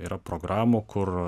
yra programų kur